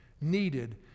needed